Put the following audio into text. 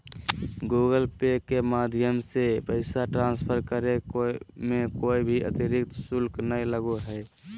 Google Pay के माध्यम से पैसा ट्रांसफर करे मे कोय भी अतरिक्त शुल्क नय लगो हय